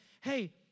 hey